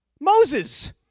Moses